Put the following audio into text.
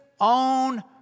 own